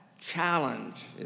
challenge